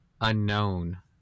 unknown